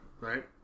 right